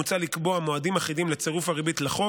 מוצע לקבוע מועדים אחרים לצירוף הריבית לחוב